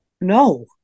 no